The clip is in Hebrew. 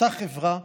אותה חברה,